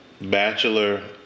Bachelor